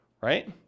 Right